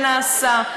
שנעשה.